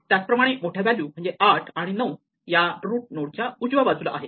त्याचप्रमाणे मोठ्या व्हॅल्यू म्हणजे 8 आणि 9 या रूट नोड च्या उजव्या बाजूला आहेत